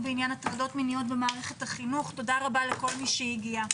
תודה רבה לכל מי שהגיע.